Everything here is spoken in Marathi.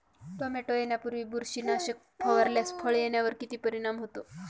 टोमॅटो येण्यापूर्वी बुरशीनाशक फवारल्यास फळ येण्यावर किती परिणाम होतो?